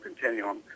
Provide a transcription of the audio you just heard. continuum